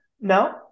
No